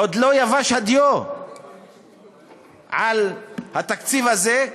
עוד לא יבש הדיו על התקציב הזה,